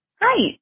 Hi